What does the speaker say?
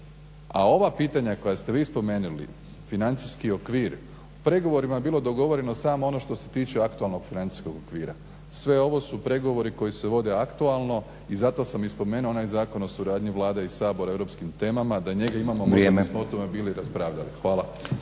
a ova pitanja koja ste vi spomenuli, financijski okvir. U pregovorima je bilo dogovoreno samo ono što se tiče aktualnog financijskog okvira, sve ovo su pregovori koji se vode aktualno i zato sam i spomenuo i onaj Zakon o suradnji Vlade i Sabora u europskim temama, da njega imamo možda bismo o tome bili raspravljali. Hvala.